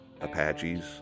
Apaches